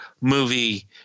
movie